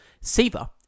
Siva